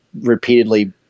repeatedly